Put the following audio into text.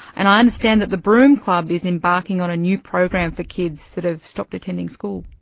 and i understand that the broome club is embarking on a new program for kids that have stopped attending school.